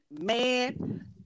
man